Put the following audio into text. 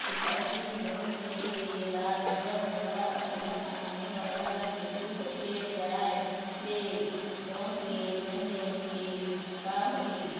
दिखाही लोन ले के बाद अगर मोला अकेला कमाने वाला ला कुछू होथे जाय ले लोन के लेनदेन के का होही?